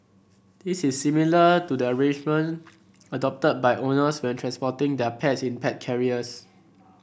this is similar to the arrangement adopted by owners when transporting their pets in pet carriers